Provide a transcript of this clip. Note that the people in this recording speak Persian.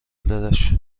دادش